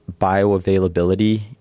bioavailability